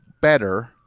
better